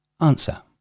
Answer